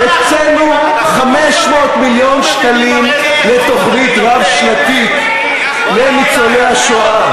הקצינו 500 מיליון שקלים לתוכנית רב-שנתית לניצולי השואה,